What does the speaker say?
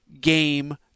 game